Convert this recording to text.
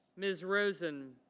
ms. rosen.